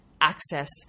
access